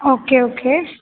okay okay